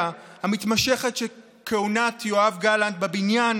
המתמשכת של כהונת יואב גלנט בבניין